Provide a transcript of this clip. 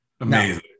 Amazing